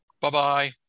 Bye-bye